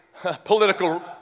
political